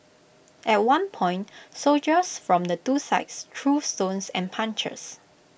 at one point soldiers from the two sides threw stones and punches